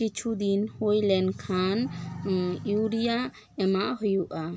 ᱠᱤᱪᱷᱩ ᱫᱤᱱ ᱦᱩᱭ ᱞᱮᱱᱠᱷᱟᱱ ᱭᱩᱨᱤᱭᱟ ᱮᱢᱟᱜ ᱦᱩᱭᱩᱜᱼᱟ